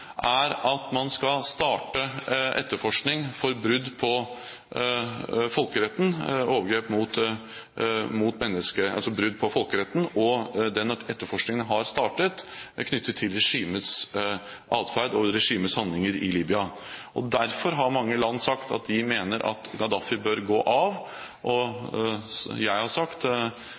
er at man skal starte etterforskning av brudd på folkeretten. Og den etterforskningen har startet knyttet til regimets adferd og regimets handlinger i Libya. Derfor har mange land sagt at de mener at Gaddafi bør gå av. Jeg har sagt, og utenriksministeren har sagt,